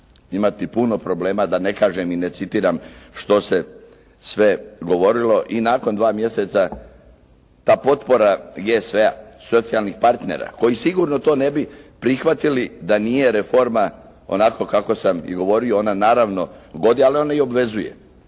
imati puno problema, da ne kažem i ne citiram što se sve govorilo i nakon dva mjeseca, ta potpora GSV-a, socijalnih partnera koji sigurno to ne bi prihvatili da nije reforma onako kako sam i govorio, ona naravno godi ali onda i obvezuje.